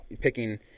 picking